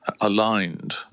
aligned